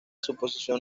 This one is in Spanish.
suposición